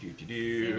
to do,